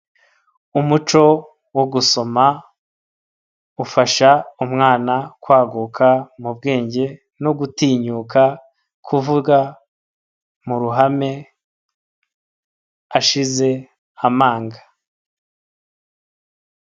Umuco wo gusoma ufasha umwana kwaguka mu bwenge no gutinyuka kuvuga mu ruhame ashize amanga.